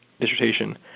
dissertation